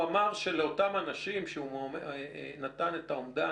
הוא אמר שלאותם אנשים שהוא נתן את האומדן,